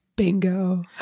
Bingo